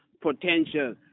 potential